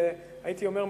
הייתי אומר,